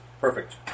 perfect